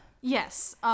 Yes